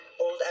Old